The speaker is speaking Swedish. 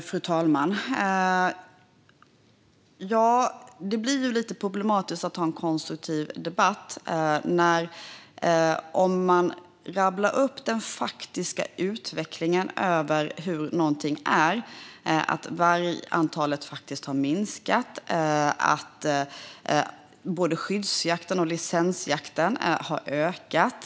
Fru talman! Det blir lite problematiskt att ha en konstruktiv debatt. Jag rabblar upp hur den faktiska utvecklingen ser ut och talar om hur någonting är: att vargantalet faktiskt har minskat och att både skyddsjakten och licensjakten har ökat.